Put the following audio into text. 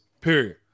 period